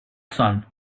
son